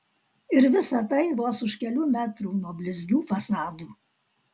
ir visa tai vos už kelių metrų nuo blizgių fasadų